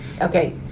Okay